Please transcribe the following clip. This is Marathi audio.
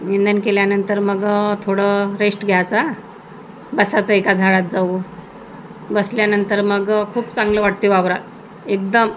निंदण केल्यानंतर मग थोडं रेस्ट घ्यायचा बसायचं एका झाडात जाऊ बसल्यानंतर मग खूप चांगलं वाटते वावरात एकदम